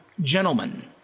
gentlemen